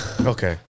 Okay